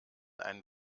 ein